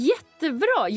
Jättebra